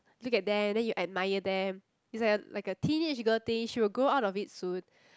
look at them then you admire them is like like a teenage girl day you'll go out of it soon